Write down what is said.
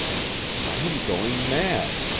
i am going mad!